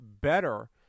better